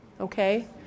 Okay